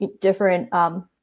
Different